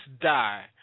Die